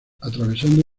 atravesando